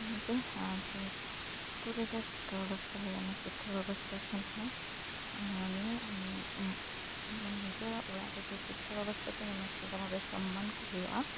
ᱚᱱᱟᱛᱮ ᱤᱥᱠᱩᱞ ᱨᱮ ᱡᱟᱦᱟᱸ ᱥᱤᱠᱠᱷᱟ ᱵᱮᱵᱚᱥᱛᱟ ᱦᱩᱭᱩᱜᱼᱟ ᱚᱱᱟ ᱥᱤᱠᱠᱷᱟ ᱵᱮᱵᱚᱥᱛᱟ ᱠᱷᱚᱱ ᱦᱚᱸ ᱚᱸᱰᱮ ᱠᱷᱚᱱ ᱦᱚᱸ ᱢᱟᱱᱮ ᱱᱤᱡᱮᱨᱟᱜ ᱚᱲᱟᱜ ᱨᱮ ᱡᱮ ᱥᱤᱠᱠᱷᱟ ᱵᱮᱵᱚᱥᱛᱟ ᱠᱚ ᱧᱟᱢᱟ ᱪᱮᱜ ᱞᱮᱠᱟ ᱵᱷᱟᱵᱮ ᱥᱚᱢᱢᱟᱱ ᱠᱚ ᱦᱩᱭᱩᱜᱼᱟ